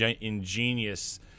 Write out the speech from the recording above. ingenious